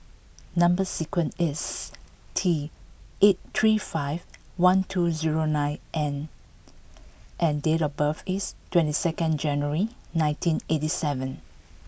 number sequence is T eight three five one two zero nine N and date of birth is two second January nineteen eighty seven